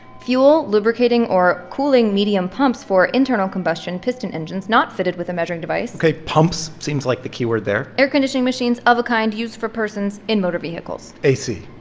fuel, lubricating or cooling medium pumps for internal combustion piston engines not fitted with a measuring device. ok, pumps seems like the keyword there. air-conditioning machines of a kind used for persons in motor vehicles ac,